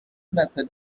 method